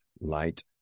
light